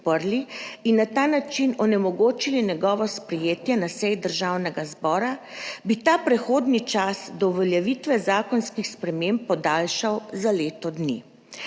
ste na ta način onemogočili njegovo sprejetje na seji Državnega zbora, bi ta prehodni čas do uveljavitve zakonskih sprememb podaljšal za leto dni.